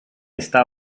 está